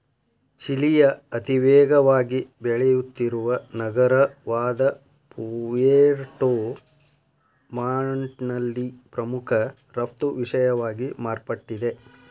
ಚಿಲಿಯ ಅತಿವೇಗವಾಗಿ ಬೆಳೆಯುತ್ತಿರುವ ನಗರವಾದಪುಯೆರ್ಟೊ ಮಾಂಟ್ನಲ್ಲಿ ಪ್ರಮುಖ ರಫ್ತು ವಿಷಯವಾಗಿ ಮಾರ್ಪಟ್ಟಿದೆ